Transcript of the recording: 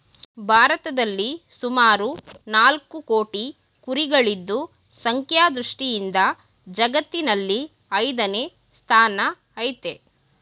ಭಾರತದಲ್ಲಿ ಸುಮಾರು ನಾಲ್ಕು ಕೋಟಿ ಕುರಿಗಳಿದ್ದು ಸಂಖ್ಯಾ ದೃಷ್ಟಿಯಿಂದ ಜಗತ್ತಿನಲ್ಲಿ ಐದನೇ ಸ್ಥಾನ ಆಯ್ತೆ